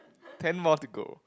ten more to go